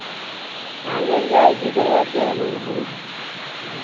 हाँ मिल जाएगी दरवाजा वाली लकड़ी